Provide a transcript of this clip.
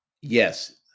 Yes